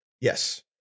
Yes